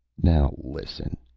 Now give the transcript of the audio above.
now listen,